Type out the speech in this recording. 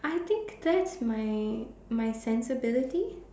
I think that's my my sensibility